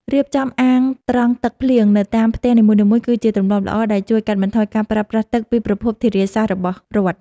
រៀបចំអាងត្រងទឹកភ្លៀងនៅតាមផ្ទះនីមួយៗគឺជាទម្លាប់ល្អដែលជួយកាត់បន្ថយការប្រើប្រាស់ទឹកពីប្រព័ន្ធធារាសាស្ត្ររបស់រដ្ឋ។